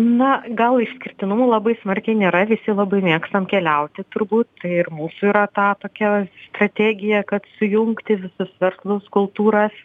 na gal išskirtinumų labai smarkiai nėra visi labai mėgstam keliauti turbūt ir mūsų yra tą tokia strategija kad sujungti visus verslus kultūras